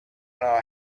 know